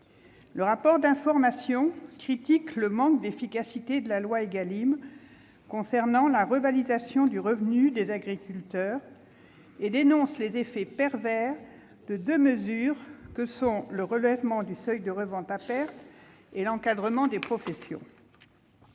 le rapport d'information est critiqué le manque d'efficacité de la loi Égalim concernant la revalorisation du revenu des agriculteurs et sont dénoncés les effets pervers de deux mesures : le relèvement du seuil de revente à perte et l'encadrement des promotions.